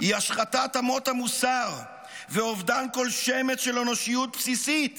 היא השחתת אמות המוסר ואובדן כל שמץ של אנושיות בסיסית